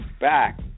back